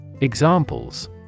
Examples